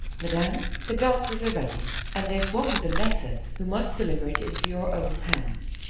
madam, the dancers are ready, and there's one with a letter, who must deliver it into your own hands.